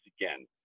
again